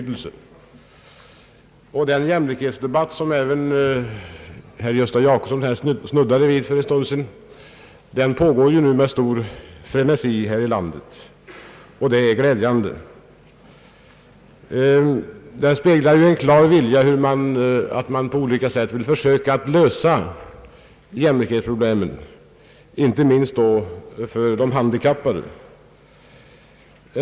Den jämlikhetsdebatt, som även herr Gösta Jacobsson snuddade vid för en stund sedan, pågår ju nu med stor frenesi här i landet. Detta är glädjande. Den speglar ju en klar vilja att på olika sätt försöka lösa jämlikhetsproblemen, inte minst för de handikappade.